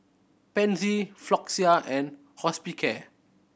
Pansy Floxia and Hospicare